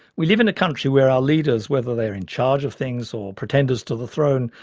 we live in a country where our leaders, whether they are in charge of things or pretenders to the throne,